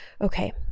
okay